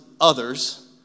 others